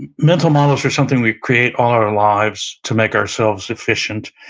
and mental models are something we create all our lives to make ourselves efficient.